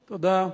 תודה.